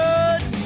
Good